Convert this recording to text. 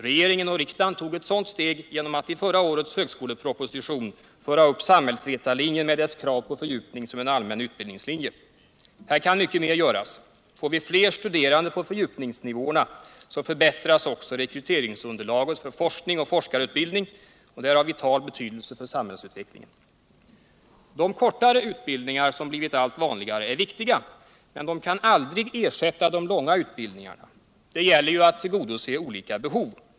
Regeringen och riksdagen tog ett sådant steg genom att i förra årets högskoleproposition föra upp samhällsvetarlinjen med dess krav på fördjupning som en allmän utbildningslinje. Här kan mycket mera göras. Får vi fler studerande på fördjupningsnivåerna, så förbättras också rekryteringsunderlaget för forskning och forskarutbildning, och det är av vital betydelse för samhällsutvecklingen. De kortare utbildningar som blivit allt vanligare är viktiga, men de kan aldrig ersätta de långa utbildningarna. Det gäller ju att tillgodose olika behov.